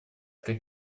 как